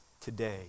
today